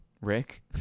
Rick